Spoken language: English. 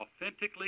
authentically